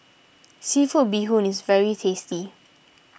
Seafood Bee Hoon is very tasty